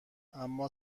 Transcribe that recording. اما